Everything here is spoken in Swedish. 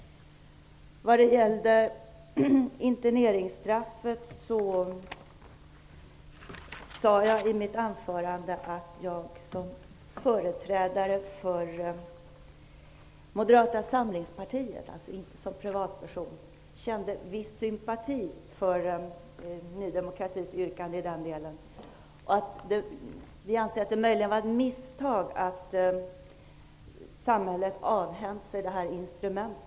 Vad gäller interneringsstraffet sade jag i mitt anförande att jag som företrädare för Moderata samlingspartiet -- alltså inte som privatperson -- kände viss sympati för Ny demokratis yrkande i den delen. Vi anser att det möjligen har varit ett misstag att samhället har avhänt sig detta instrument.